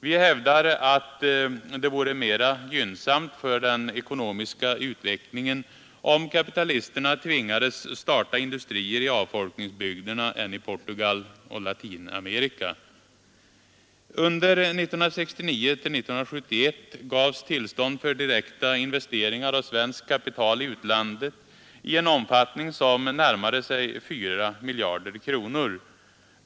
Vi hävdar att det vore mera gynnsamt för den ekonomiska utvecklingen om kapitalisterna tvingades starta industrier i avfolkningsbygderna än i Portugal och Latinamerika. Under åren 1969-1971 gavs tillstånd för direkta investeringar av svenskt kapital i utlandet i en omfattning som närmade sig 4 miljarder kronor.